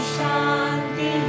Shanti